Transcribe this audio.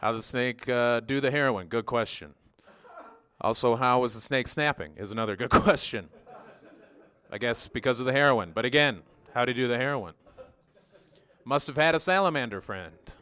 how the snake do the heroin good question also how is the snake snapping is another good question i guess because of the heroin but again how to do the heroine must have had a salamander friend